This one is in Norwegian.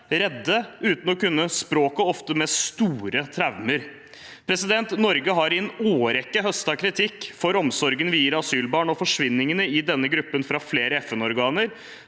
redde, uten å kunne språket og ofte med store traumer. Norge har i en årrekke høstet kritikk for omsorgen vi gir asylbarn og for forsvinningene i denne gruppen, fra flere FN-organer,